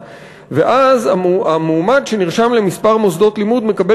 ואז המועמד שנרשם למספר מוסדות לימוד מקבל